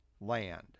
land